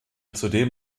zudem